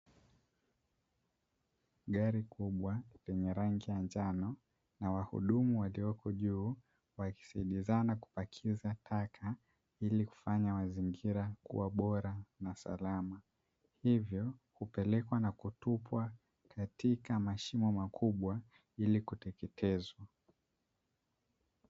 Gari kubwa yenye rangi ya njano na wahudumu walioko juu wakisaidizana kupakiza taka, ili kufanya mazingira kuwa bora na salama hivyo kupelekwa na kutupwa katika mashimo makubwa ili kuteketezwa.